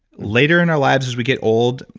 later in our lives as we get old,